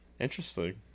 Interesting